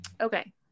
Okay